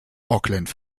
auckland